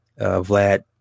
Vlad